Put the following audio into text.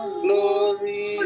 glory